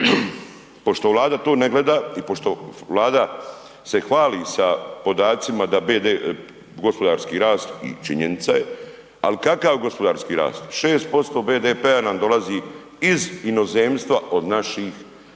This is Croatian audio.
Pošto Vlada to ne gleda i pošto Vlada se hvali sa podacima da gospodarski rast i činjenica je, ali kakav gospodarski rast? 6% BDP-a nam dolazi iz inozemstava od naših